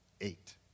eight